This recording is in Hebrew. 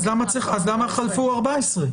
אז למה 'חלפו 14'?